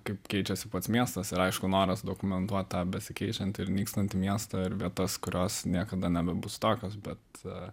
kaip keičiasi pats miestas ir aišku noras dokumentuot tą besikeičiantį ir nykstantį miestą ir vie tas kurios niekada nebebus tokios bet